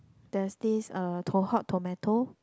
there's this uh to~ Hot-Tomato